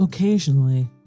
Occasionally